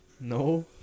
No